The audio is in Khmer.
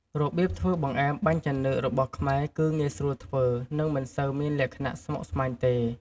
របៀបធ្វើបង្អែមបាញ់ចានឿករបស់ខ្មែរគឺងាយស្រួលធ្វើ និងមិនសូវមានលក្ខណៈស្មុគស្មាញទេ។